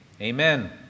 Amen